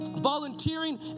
volunteering